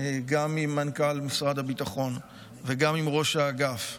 גם עם מנכ"ל משרד הביטחון וגם עם ראש האגף,